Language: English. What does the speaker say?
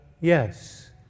yes